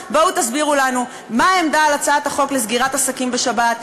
בואו ותסבירו לנו מה העמדה על הצעת החוק לסגירת עסקים בשבת,